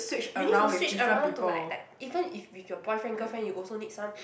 you need to switch around to like like even if with your boyfriend girlfriend you also need some